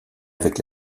avec